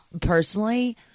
Personally